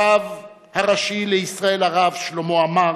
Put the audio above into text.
הרב הראשי לישראל הרב שלמה עמאר,